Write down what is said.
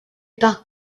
parle